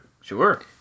Sure